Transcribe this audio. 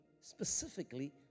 specifically